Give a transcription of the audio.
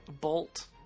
bolt